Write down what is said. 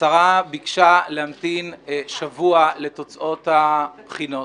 השרה ביקשה להמתין שבוע לתוצאות הבחינות